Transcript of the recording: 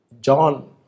John